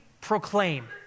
proclaim